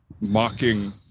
mocking